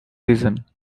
season